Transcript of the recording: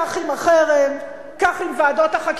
כך עם החרם, כך עם ועדות החקירה.